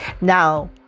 now